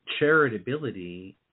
charitability